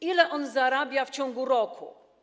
Ile on zarabia w ciągu roku?